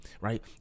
right